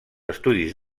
estudis